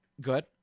good